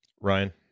Ryan